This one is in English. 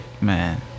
Man